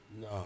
No